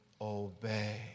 obey